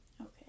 Okay